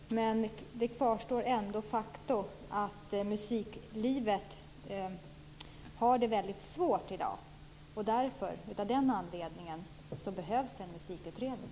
Fru talman! Men faktum kvarstår ändå. Musiklivet har det väldigt svårt i dag. Av den anledningen behövs det en musikutredning.